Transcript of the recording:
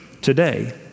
today